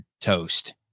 toast